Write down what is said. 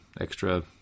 extra